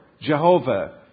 Jehovah